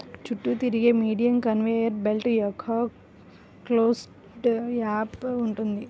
చుట్టూ తిరిగే medium conveyor belt యొక్క క్లోజ్డ్ లూప్ ఉంటుంది